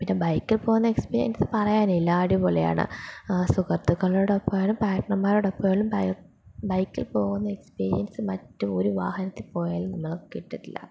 പിന്നെ ബൈക്കിൽ പോകുന്ന എക്സ്പീരിയൻസ് പറയാനില്ല അടിപൊളിയാണ് സുഹൃത്തുക്കളോടൊപ്പം ആയാലും പാട്നർമാരോടൊപ്പമായാലും ബൈക്കിൽ പോകുന്ന എക്സ്പീരിയൻസ് മറ്റ് ഒരു വാഹനത്തിൽ പോയാലും നമ്മൾ കിട്ടില്ല